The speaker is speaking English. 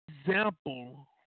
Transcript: example